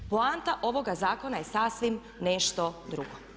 Poanta ovoga zakona je sasvim nešto drugo.